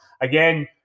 again